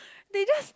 they just